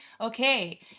Okay